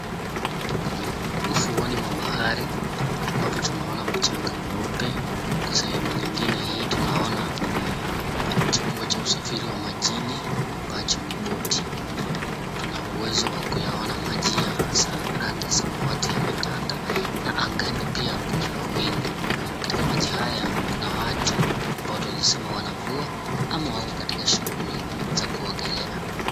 Ufuoni mwa bahari ambapo tunaona mchanga mweupe kwa sehemu nyingine hii tunaona chombo cha usafiri wa majini ambacho ni boti tunauwezo wa kuyaona maji hasa ya rangi ya samawati yametanda na angani pia kuna mawingu, katika maji haya kuna watu ambao twaweza sema wanavua ama wako katikati shughuli za kuogelea.